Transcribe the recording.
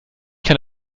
kann